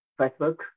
Facebook